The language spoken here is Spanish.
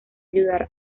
ayudar